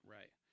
Right